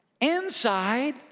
inside